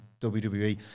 WWE